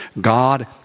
God